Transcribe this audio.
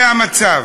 זה המצב.